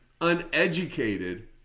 uneducated